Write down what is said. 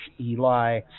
Eli